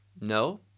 No